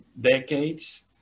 decades